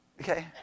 Okay